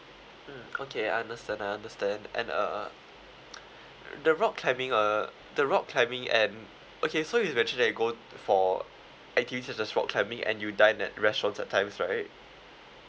mm okay I understand I understand and uh the rock climbing uh the rock climbing and okay so you've actually go for activities such as rock climbing and you dine at restaurants at times right